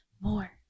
more